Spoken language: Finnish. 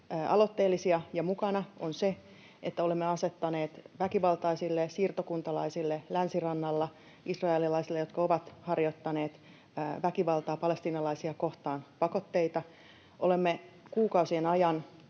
aloitteellisia ja mukana, on se, että olemme asettaneet väkivaltaisille siirtokuntalaisille Länsirannalla — israelilaisille, jotka ovat harjoittaneet väkivaltaa palestiinalaisia kohtaan — pakotteita. Olemme kuukausien ajan